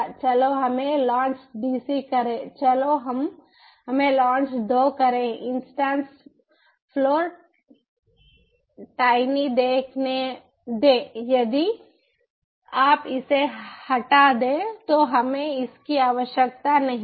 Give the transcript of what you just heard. चलो हमें launch dc करें चलो हमें लॉन्च 2 करें इन्स्टन्स फ्लेवर टाइनी देखने दें यदि आप इसे हटा दें तो हमें इसकी आवश्यकता नहीं है